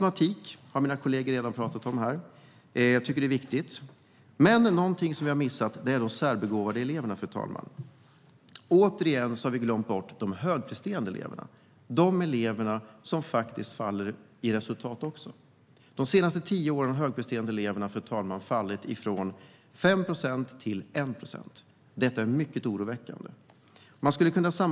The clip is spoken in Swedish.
Mina kollegor har redan pratat om mer matematik. Det är viktigt. Men något som vi har missat är de särbegåvade eleverna. Återigen har vi glömt bort de högpresterande eleverna. Det är elever som också faller i resultat. De senaste tio åren har högpresterande elever minskat från 5 procent till 1 procent. Detta är mycket oroväckande.